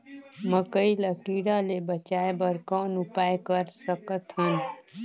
मकई ल कीड़ा ले बचाय बर कौन उपाय कर सकत हन?